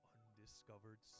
Undiscovered